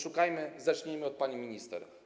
Zacznijmy od pani minister.